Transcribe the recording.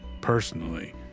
personally